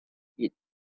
it